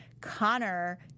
Connor